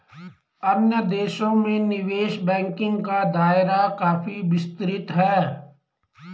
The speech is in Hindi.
अन्य देशों में निवेश बैंकिंग का दायरा काफी विस्तृत है